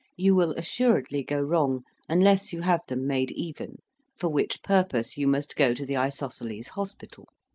you will assuredly go wrong unless you have them made even for which purpose you must go to the isosceles hospital